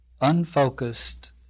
Unfocused